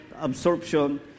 absorption